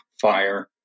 fire